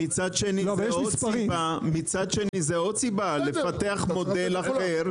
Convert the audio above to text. מצד שני זה עוד סיבה לפתח מודל אחר,